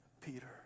Peter